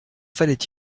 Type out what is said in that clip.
fallait